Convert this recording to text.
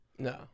No